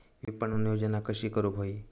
विपणन योजना कशी करुक होई?